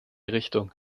richtung